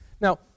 Now